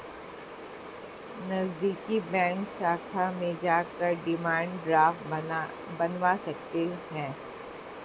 नज़दीकी बैंक शाखा में जाकर डिमांड ड्राफ्ट बनवा सकते है